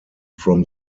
from